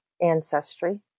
Ancestry